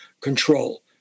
control